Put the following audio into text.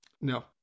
No